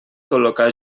col·locar